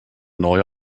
neue